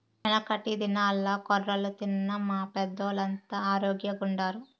యెనకటి దినాల్ల కొర్రలు తిన్న మా పెద్దోల్లంతా ఆరోగ్గెంగుండారు